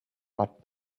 but